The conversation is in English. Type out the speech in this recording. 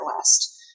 West